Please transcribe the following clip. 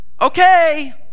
Okay